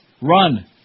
Run